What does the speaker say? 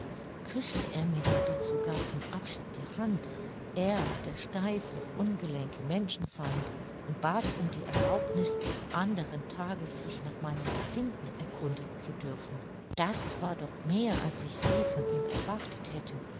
küßte er mir ja doch sogar zum abschied die hand er der steife ungelenke menschenfeind und bat um die erlaubniß anderen tages sich nach meinem befinden erkundigen zu dürfen das war doch mehr als ich je von ihm erwartet hätte